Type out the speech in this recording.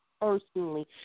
Personally